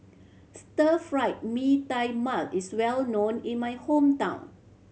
Stir Fried Mee Tai Mak is well known in my hometown